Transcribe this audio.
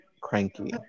cranky